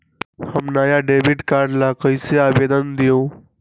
हम नया debit card ला कईसे आवेदन दिउ?